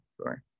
Sorry